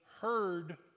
heard